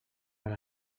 per